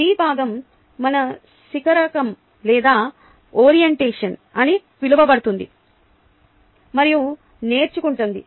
B భాగం మానసిక రకం లేదా ఓరియంటేషన్ అని పిలువబడుతుంది మరియు నేర్చుకుంటుంది